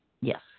Yes